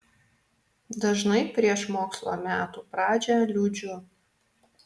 dažnai prieš mokslo metų pradžią liūdžiu